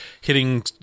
hitting